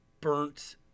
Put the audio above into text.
burnt